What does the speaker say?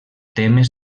temes